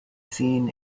seen